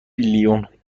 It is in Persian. بیلیون